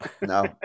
No